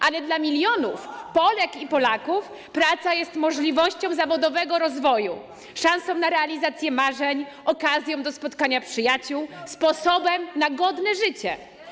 ale dla milionów Polek i Polaków praca jest możliwością rozwoju zawodowego, szansą na realizację marzeń, okazją do spotkania przyjaciół, sposobem na godne życie.